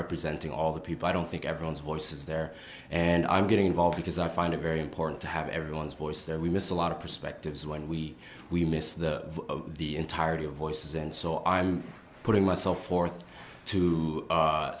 representing all the people i don't think everyone's voice is there and i'm getting involved because i find it very important to have everyone's voice that we miss a lot of perspectives when we we miss the the entirety of voices and so i'm putting myself forth to